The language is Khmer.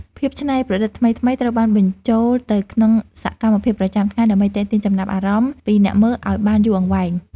ភាពច្នៃប្រឌិតថ្មីៗត្រូវបានបញ្ចូលទៅក្នុងសកម្មភាពប្រចាំថ្ងៃដើម្បីទាក់ទាញចំណាប់អារម្មណ៍ពីអ្នកមើលឱ្យបានយូរអង្វែង។